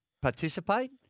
participate